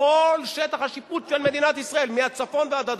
בכל שטח השיפוט של מדינת ישראל, מהצפון ועד הדרום,